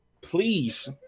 please